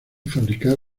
fabricar